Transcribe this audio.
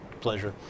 pleasure